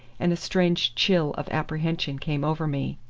and a strange chill of apprehension came over me.